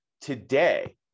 today